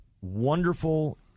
wonderful